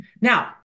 Now